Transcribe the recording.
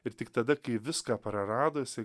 ir tik tada kai viską praradusi